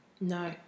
No